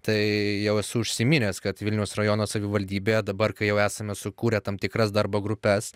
tai jau esu užsiminęs kad vilniaus rajono savivaldybėje dabar kai jau esame sukūrę tam tikras darbo grupes